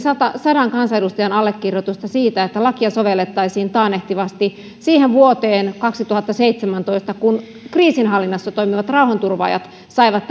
sadan kansanedustajan allekirjoitus siitä että lakia sovellettaisiin taannehtivasti vuoteen kaksituhattaseitsemäntoista kun kriisinhallinnassa toimivat rauhanturvaajat saivat